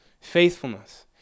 faithfulness